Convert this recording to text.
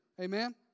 Amen